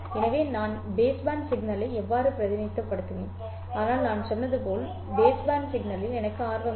எனவே நான் பேஸ்பேண்ட் சிக்னலை எவ்வாறு பிரதிநிதித்துவப்படுத்துவேன் ஆனால் நான் சொன்னது போல் பேஸ்பேண்ட் சிக்னலில் எனக்கு ஆர்வம் இல்லை